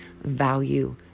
value